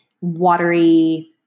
watery